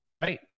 right